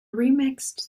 remixed